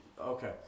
Okay